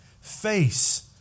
face